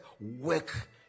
work